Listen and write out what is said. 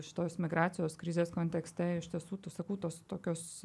šitos migracijos krizės kontekste iš tiesų tu sakau tos tokios